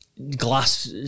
Glass